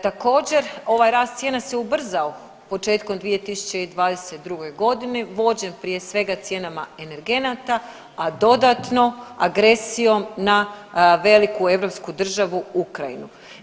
Također ovaj rast cijena se ubrzao početkom 2022.g. vođen prije svega cijenama energenata, a dodatno agresijom na veliku europsku državu Ukrajinu.